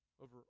over